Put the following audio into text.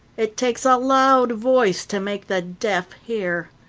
it takes a loud voice to make the deaf hear.